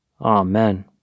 Amen